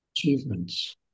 achievements